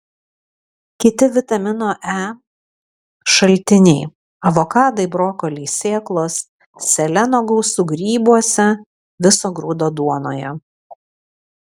kiti vitamino e šaltiniai avokadai brokoliai sėklos seleno gausu grybuose viso grūdo duonoje